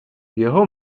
jeho